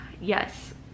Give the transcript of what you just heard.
yes